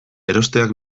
erosteak